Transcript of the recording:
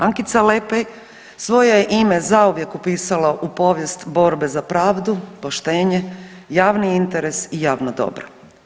Ankica Lepej svoje je ime zauvijek upisala u povijest borbe za pravdu, poštenje, javni interes i javno dobro.